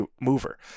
mover